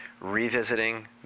revisiting